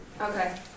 Okay